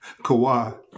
Kawhi